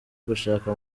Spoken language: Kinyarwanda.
gushaka